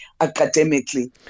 academically